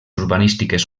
urbanístiques